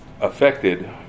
affected